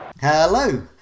Hello